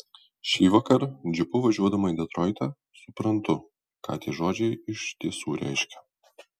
šįvakar džipu važiuodama į detroitą suprantu ką tie žodžiai iš tiesų reiškia